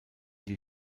die